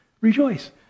Rejoice